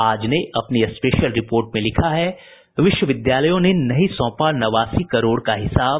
आज ने अपनी स्पेशल रिपोर्ट में लिखा है विश्वविद्यालयों ने नहीं सोंपा नवासी करोड़ का हिसाब